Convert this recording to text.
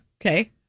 Okay